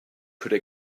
could